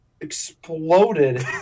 exploded